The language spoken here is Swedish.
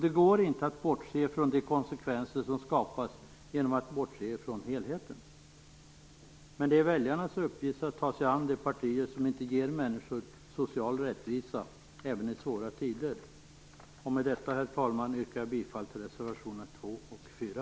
Det går inte att bortse från de konsekvenser som skapas genom att bortse från helheten. Men det är väljarnas uppgift att ta sig an de partier som inte ger människor social rättvisa även i svåra tider. Med detta, herr talman, yrkar jag bifall till reservationerna 2 och 4.